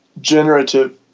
generative